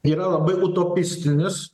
yra labai utopistinis